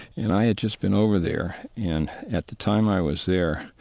and i had just been over there. and at the time i was there,